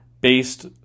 based